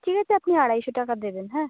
ঠিক আছে আপনি আড়াইশো টাকা দেবেন হ্যাঁ